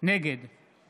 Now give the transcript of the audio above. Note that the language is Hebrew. נגד